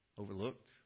Overlooked